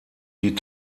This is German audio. die